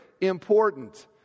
important